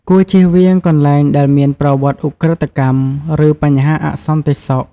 គួរ ជៀសវាងកន្លែងដែលមានប្រវត្តិឧក្រិដ្ឋកម្ម ឬ បញ្ហាអសន្តិសុខ។